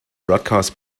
broadcast